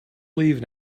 leave